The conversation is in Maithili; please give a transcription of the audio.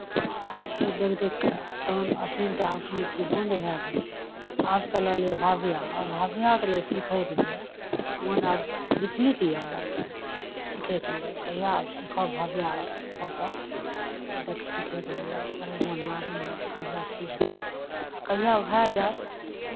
आ ओ देखि देखि कऽ तखन अश्विन तऽ आब सुनै छियै बन्द भए गेलैए आब चलल यए भव्या भव्याके सिखयके लिए मोन आब विचलित यए मोन सिखयके लिए कहिया आब सीखब भव्या पोर्टल ओ देख सिखयके लिए बड़ मोन लागल यए कहिया सीख जायब आ कहिया भए जायत